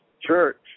church